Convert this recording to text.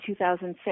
2006